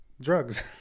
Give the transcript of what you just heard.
drugs